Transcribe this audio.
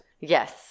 Yes